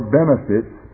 benefits